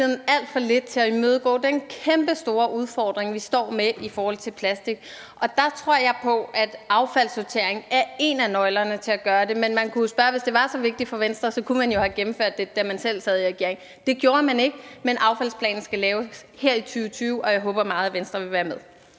alt for lidt til at imødegå den kæmpestore udfordring, vi står med i forhold til plastik. Jeg tror på, at affaldssortering er én af nøglerne til at gøre det, men man kunne jo spørge: Hvis det var så vigtigt for Venstre, kunne man så ikke have gennemført det, da man selv sad i regering? Det gjorde man ikke. Men affaldsplanen skal laves her i 2020, og jeg håber meget, at Venstre vil være med.